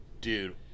dude